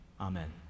Amen